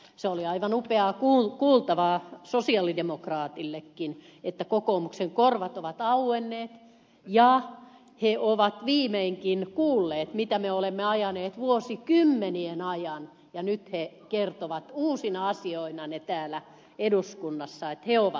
se oli aivan upeaa kuultavaa sosialidemokraatillekin että kokoomuslaisten korvat ovat auenneet ja he ovat viimeinkin kuulleet mitä me olemme ajaneet vuosikymmenien ajan ja nyt he kertovat uusina asioina ne asiat täällä eduskunnassa että he ovat tätä mieltä